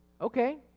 okay